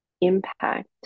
impact